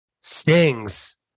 stings